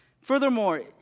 Furthermore